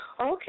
Okay